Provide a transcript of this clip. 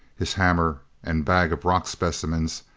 his hammer, and bag of rock specimens,